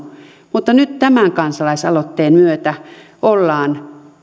mutta nyt tämän kansalaisaloitteen myötä ollaan